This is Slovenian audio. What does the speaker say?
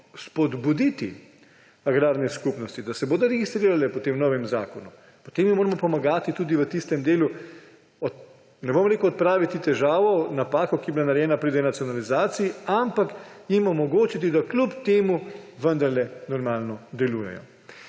spodbuditi agrarne skupnosti, da se bodo registrirale po tem novem zakonu, potem jim moramo pomagati tudi v tistem delu, ne bom rekel odpraviti težavo, napako, ki je bila narejena pri denacionalizaciji, ampak jim omogočiti, da kljub temu vendarle normalno delujejo.